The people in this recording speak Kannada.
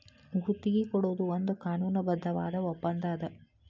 ಗುತ್ತಿಗಿ ಕೊಡೊದು ಒಂದ್ ಕಾನೂನುಬದ್ಧವಾದ ಒಪ್ಪಂದಾ ಅದ